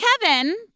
Kevin